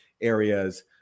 areas